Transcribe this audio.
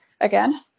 Again